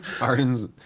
Arden's